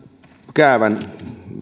käävän